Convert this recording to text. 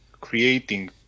creating